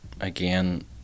again